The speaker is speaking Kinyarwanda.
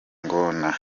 ingona